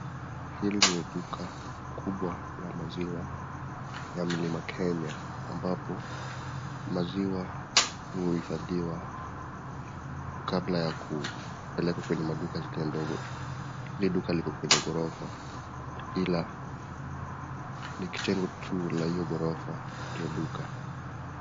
Hili ni duka kubwa la maziwa ya mlima Kenya ,ambapo maziwa huhifadhiwa kabla ya kupelekwa kwenye maduka zile ndogo. Hili duka liko kwenye ghorofa ila ni kitengo tu la hiyo ghorofa ndio duka.